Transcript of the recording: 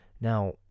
Now